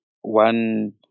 one